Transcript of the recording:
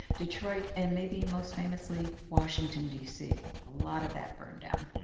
detroit and maybe most famously washington, d c a lot of that burned down.